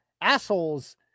assholes